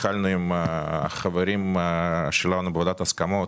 התחלנו עם החברים שלנו בוועדת ההסכמות,